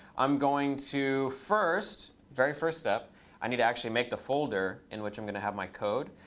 i'm going to first very first step i need to actually make the folder in which i'm going to have my code.